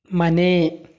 ಮನೆ